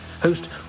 host